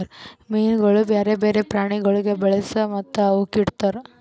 ಮೀನುಗೊಳ್ ಬ್ಯಾರೆ ಬ್ಯಾರೆ ಪ್ರಾಣಿಗೊಳಿಗ್ ಬಳಸಿ ಮತ್ತ ಅವುಕ್ ಹಿಡಿತಾರ್